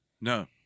No